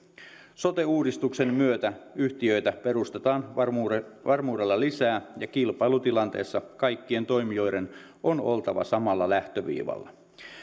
sote uudistuksen myötä yhtiöitä perustetaan varmuudella varmuudella lisää ja kilpailutilanteessa kaikkien toimijoiden on oltava samalla lähtöviivalla